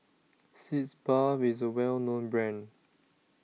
Sitz Bath IS A Well known Brand